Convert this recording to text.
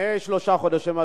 לפני שלושה חודשים,